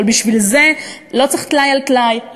אבל בשביל זה לא צריך טלאי על טלאי,